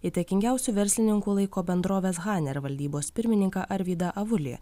įtakingiausiu verslininku laiko bendrovės haner valdybos pirmininką arvydą avulį